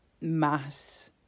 mass